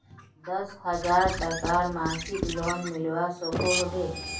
दस हजार टकार मासिक लोन मिलवा सकोहो होबे?